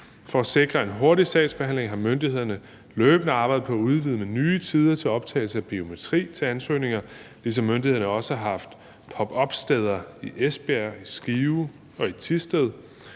For at sikre en hurtig sagsbehandling har myndighederne løbende arbejdet på at udvide med nye tider til optagelse af biometri til ansøgninger, ligesom myndighederne også har haft popupsteder i Esbjerg, Skive og Thisted.